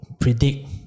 predict